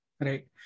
Right